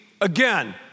again